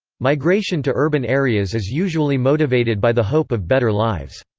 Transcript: migration to urban areas is usually motivated by the hope of better lives.